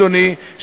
אדוני,